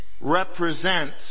represents